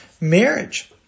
marriage